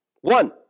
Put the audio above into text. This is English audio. One